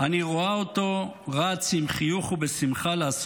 אני רואה אותו רץ עם חיוך ובשמחה לעשות את